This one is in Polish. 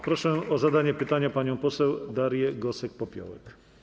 Proszę o zadanie pytania panią poseł Darię Gosek-Popiołek.